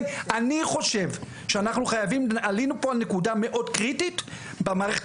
עלינו פה על נקודה מאוד קריטית במערכת